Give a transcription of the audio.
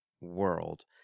world